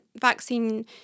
vaccine